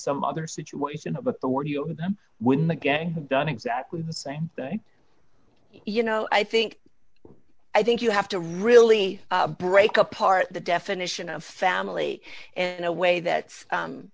some other situation of authority over them when the gang had done exactly the same thing you know i think i think you have to really break apart the definition of family and a way that